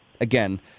again